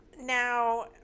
now